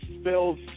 spills